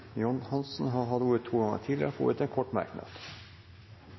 har hatt ordet to ganger tidligere og får ordet til en kort merknad,